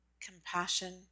compassion